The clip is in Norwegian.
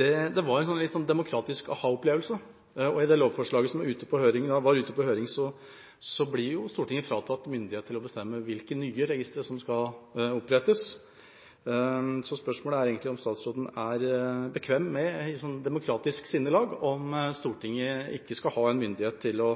var litt som en demokratisk aha-opplevelse, og i det lovforslaget som var ute på høring, blir Stortinget fratatt myndighet til å bestemme hvilke nye registre som skal opprettes. Spørsmålet er egentlig om statsråden er bekvem med – ut fra et demokratisk sinnelag – at Stortinget ikke skal ha myndighet til